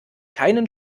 keinen